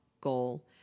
goal